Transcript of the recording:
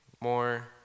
More